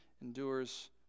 endures